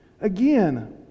Again